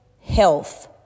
health